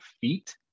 feet